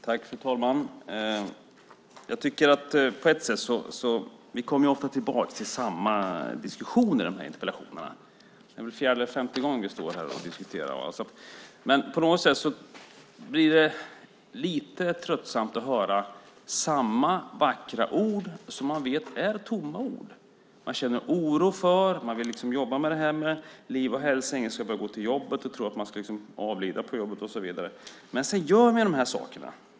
Fru talman! Vi kommer ofta tillbaka till samma diskussion i de här interpellationsdebatterna. Det är fjärde eller femte gången vi står här och diskuterar. Det blir lite tröttsamt att höra samma vackra ord, som man vet är tomma ord. Man känner oro för man vill jobba med det här med liv och hälsa. Ingen ska behöva gå till jobbet och tro att man ska avlida där och så vidare. Men sedan gör man de här sakerna.